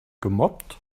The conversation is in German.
gemobbt